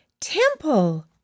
temple